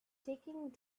taking